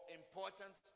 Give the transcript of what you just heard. important